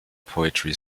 poetry